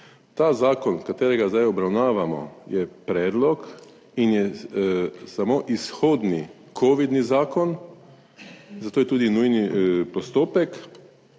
Ta zakon, katerega zdaj obravnavamo, je predlog in je samo izhodni covidni zakon, zato je tudi nujni postopek